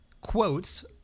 quotes